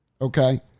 okay